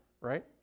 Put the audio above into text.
right